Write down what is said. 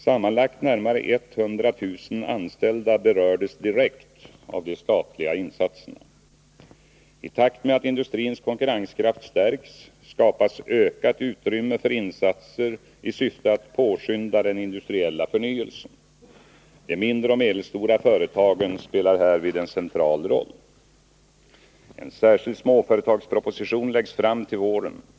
Sammanlagt närmare 100 000 anställda berördes direkt av de statliga insatserna. I takt med att industrins konkurrenskraft stärks skapas ökat utrymme för insatser i syfte att påskynda den industriella förnyelsen. De mindre och medelstora företagen spelar härvid en central roll. En särskild småföretagsproposition läggs fram till våren.